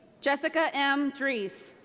jessica m. dreese.